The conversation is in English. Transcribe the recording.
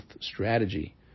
strategy